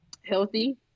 healthy